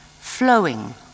flowing